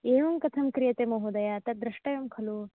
एवं कथं क्रियते महोदय तद्दृष्टव्यं खलु